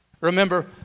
Remember